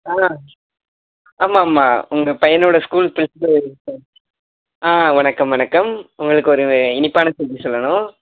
ஆ ஆமாம் ஆமாம் உங்கள் பையனோடய ஸ்கூல் பிரின்சிபல் சார் ஆ வணக்கம் வணக்கம் உங்களுக்கு ஒரு இனிப்பான செய்தி சொல்லணும்